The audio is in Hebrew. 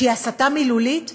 שהיא הסתה מילולית,